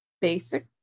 basic